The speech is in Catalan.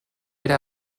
era